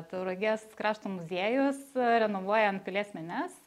tauragės krašto muziejus renovuojant pilies menes